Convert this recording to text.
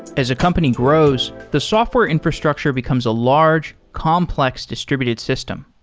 as a company grows, the software infrastructure becomes a large, complex distributed system.